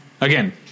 again